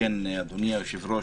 אדוני היושב-ראש,